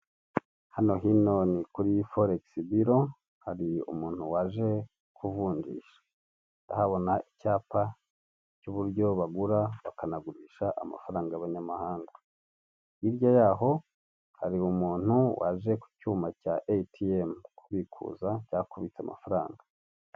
Hano hino ni kuri iyi forex biro hari umuntu waje kuvunjisha ndahabona icyapa cy'uburyo bagura bakanagurisha amafaranga y'abanyamahanga hirya yaho hari umuntu waje ku cyuma cya ATM kubikuza cyangwa kubitsa amafaranga.